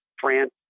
France